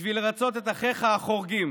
בשביל לרצות את אחיך החורגים.